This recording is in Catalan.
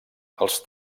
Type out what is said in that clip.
els